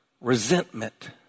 resentment